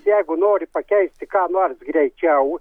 jeigu nori pakeisti ką nors greičiau